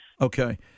Okay